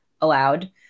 allowed